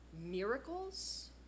miracles